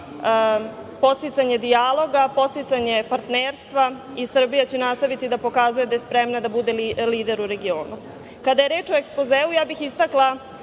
podsticanje dijaloga, podsticanje partnerstva i Srbija će nastaviti da pokazuje da je spremna da bude lider u regionu. Kada je reč o ekspozeu, istakla